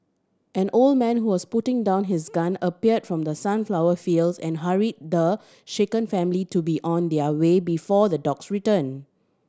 an old man who was putting down his gun appeared from the sunflower fields and hurried the shaken family to be on their way before the dogs return